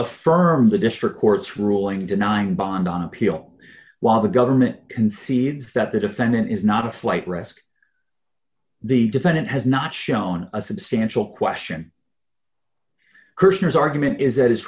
affirm the district court's ruling denying bond on appeal while the government concedes that the defendant is not a flight risk the defendant has not shown a substantial question cursors argument is that his